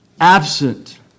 absent